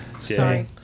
Sorry